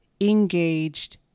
engaged